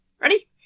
Ready